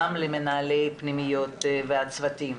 גם למנהלי הפנימיות והצוותים,